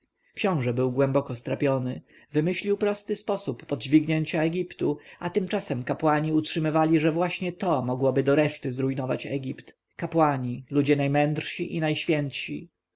książę był głęboko strapiony wymyślił prosty sposób podźwignięcia egiptu a tymczasem kapłani utrzymywali że właśnie to mogłoby doreszty zrujnować egipt kapłani ludzie najmędrsi i najświętsi